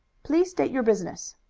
please state your business.